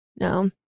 No